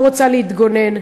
לא רוצה להתגונן.